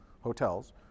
hotels